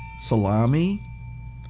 Salami